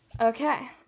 Okay